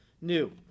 new